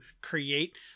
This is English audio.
create